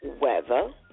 weather